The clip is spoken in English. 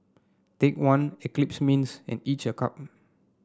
Take One Eclipse Mints and each a cup